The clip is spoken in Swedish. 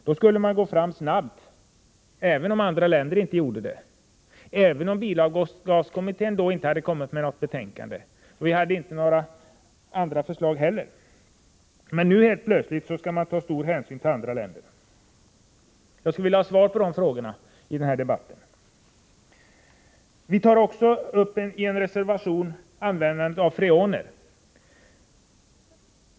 Då skulle man gå snabbt fram — även om andra länder inte gjorde det och även om bilavgaskommittén då inte hade avlämnat något betänkande och vi inte hade några andra förslag heller. Men nu skall man helt plötsligt ta stor hänsyn till andra länder. Jag skulle vilja ha svar på mina frågor i den här debatten. I en reservation tar vi också upp användandet av freoner.